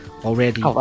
already